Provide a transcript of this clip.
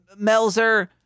Melzer